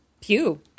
pew